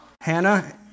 Hannah